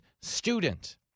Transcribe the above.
student